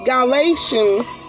Galatians